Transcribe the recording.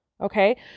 Okay